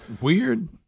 weird